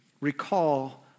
recall